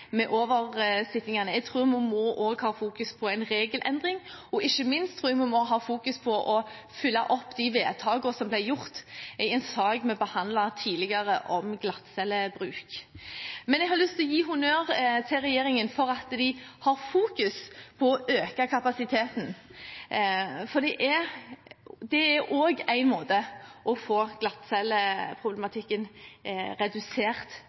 med oversittingene. Jeg tror vi også må ha fokus på en regelendring, og ikke minst tror jeg vi må ha fokus på å følge opp de vedtakene som ble gjort i en sak vi behandlet tidligere, om glattcellebruk. Men jeg har lyst til å gi honnør til regjeringen for at den har fokus på å øke kapasiteten, for det er også en måte å få glattcelleproblematikken redusert